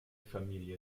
familie